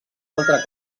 altre